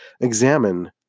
examine